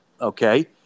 Okay